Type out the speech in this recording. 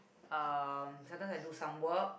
uh sometimes I do some work